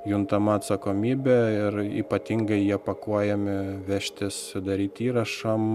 juntama atsakomybė ir ypatingai jie pakuojami vežtis daryt įrašam